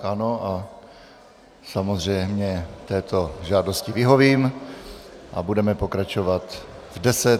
Ano, samozřejmě této žádosti vyhovím a budeme pokračovat v 10.00.